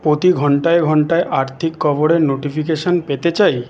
প্রতি ঘন্টায় ঘন্টায় আর্থিক খবরের নোটিফিকেশন পেতে চাই